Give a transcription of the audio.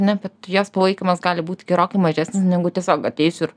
ne bet jos palaikymas gali būti gerokai mažesnis negu tiesiog atėjusių